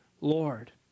Lord